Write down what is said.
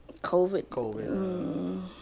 COVID